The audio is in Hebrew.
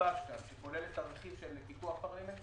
שגובש כאן, וכולל רכיב של פיקוח פרלמנטרי,